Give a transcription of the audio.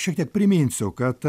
šiek tiek priminsiu kad